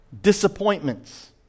Disappointments